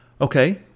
okay